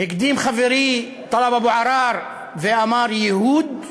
הקדים חברי טלב אבו עראר ואמר: ייהוד.